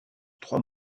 trois